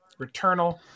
Returnal